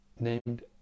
named